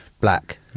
Black